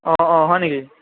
অঁ অঁ হয় নেকি